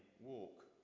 walk